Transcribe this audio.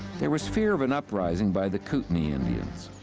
there was fear of an uprising by the kootenay indians.